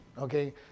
Okay